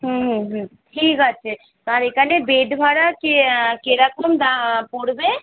হুম হুম হুম ঠিক আছে আর এখানে বেড ভাড়া কী কীরকম দা পড়বে